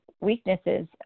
weaknesses